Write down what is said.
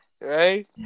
Right